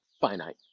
finite